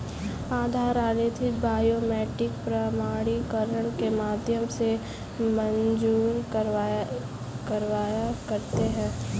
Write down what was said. आधार आधारित बायोमेट्रिक प्रमाणीकरण के माध्यम से मंज़ूर करवा सकते हैं